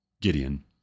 Gideon